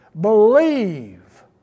believe